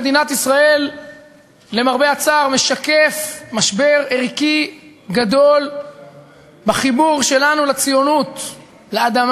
ובעיקר אני חושב שצריך להעריך את העובדה